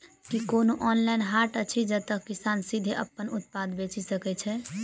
की कोनो ऑनलाइन हाट अछि जतह किसान सीधे अप्पन उत्पाद बेचि सके छै?